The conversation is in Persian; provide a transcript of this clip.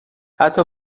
حتی